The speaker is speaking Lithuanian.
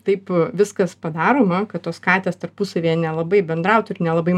taip viskas padaroma kad tos katės tarpusavyje nelabai bendrautų ir nelabai